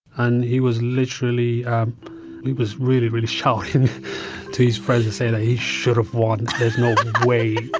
and he was literally he was really, really shouting to his friends and saying that he should've won there's no way. but